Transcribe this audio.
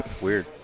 Weird